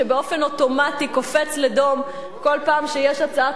שבאופן אוטומטי קופץ לדום כל פעם שיש הצעת